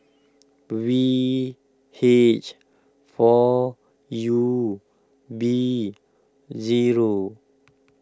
V H four U B zero